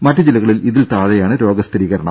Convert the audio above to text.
മറ്റ് ജില്ലകളിൽ ഇതിൽ താഴെയാണ് രോഗ സ്ഥിരീകരണം